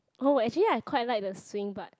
oh actually I quite like the swing but